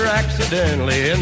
accidentally